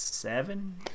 seven